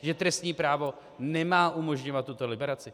Že trestní právo nemá umožňovat tuto liberaci?